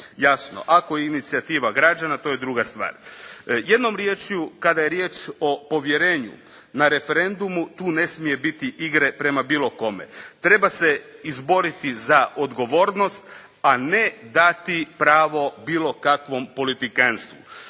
jasno, ako je inicijativa građana to je druga stvar. Jednom riječju kada je riječ o povjerenju na referendumu tu ne smije biti igre prema bilo kome, treba se izboriti za odgovornost a ne dati pravo bilo kakvom politikantstvu.